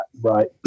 right